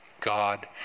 God